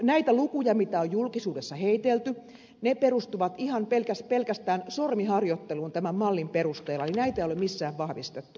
nämä luvut joita on julkisuudessa heitelty perustuvat pelkästään sormiharjoitteluun tämän mallin perusteella eli näitä ei ole missään vahvistettu